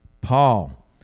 Paul